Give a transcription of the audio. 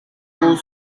pour